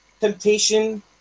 temptation